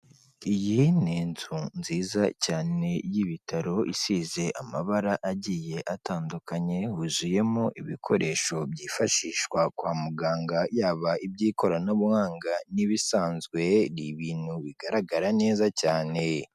Iyi ni inzu nziza cyane y'ibitaro isize amabara agiye atandukanye huzuyemo ibikoresho byifashishwa kwa muganga yaba iby'ikoranabuhanga n'ibisanzwe, ni ibintu bigaragara neza cyane.